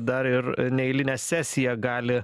dar ir neeilinę sesiją gali